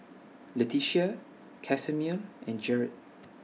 Letitia Casimer and Jered